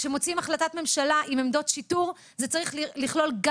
כשמוציאים החלטת ממשלה עם עמדות שיטור זה צריך לכלול גם